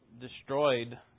destroyed